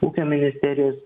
ūkio ministerijos